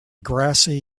grassy